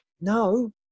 no